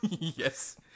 Yes